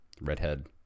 redhead